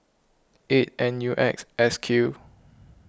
eight N U X S Q